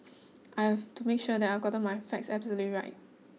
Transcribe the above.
I have to make sure I have gotten my facts absolutely right